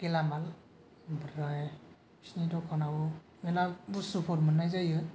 गेलामाल बिसिनि दखानावबो बस्तुफोर मोननाय जायो